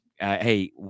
Hey